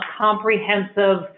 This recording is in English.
comprehensive